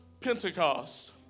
Pentecost